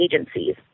agencies